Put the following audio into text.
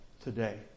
today